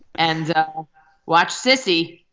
and watch cissy